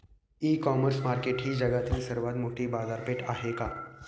इ commerce market ही जगातील सर्वात मोठी बाजारपेठ आहे का?